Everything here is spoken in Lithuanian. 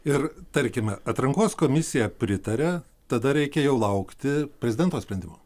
ir tarkime atrankos komisija pritaria tada reikia jau laukti prezidento sprendimo